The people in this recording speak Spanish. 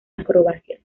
acrobacias